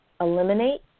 eliminate